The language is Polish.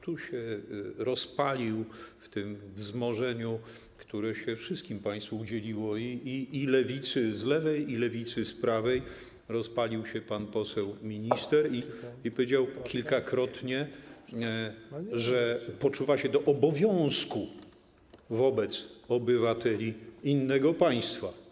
Tu się rozpalił w tym wzmożeniu, które się wszystkim państwu udzieliło: i lewicy z lewej, i lewicy z prawej, pan poseł minister i powiedział kilkukrotnie, że poczuwa się do obowiązku wobec obywateli innego państwa.